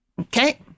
okay